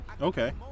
Okay